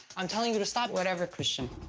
um telling you to stop. whatever, christian.